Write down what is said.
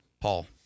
paul